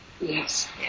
Yes